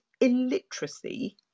illiteracy